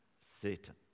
Satan